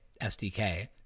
SDK